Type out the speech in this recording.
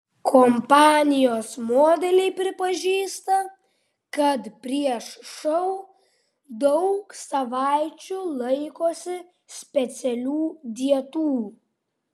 kompanijos modeliai pripažįsta kad prieš šou daug savaičių laikosi specialių dietų